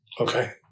Okay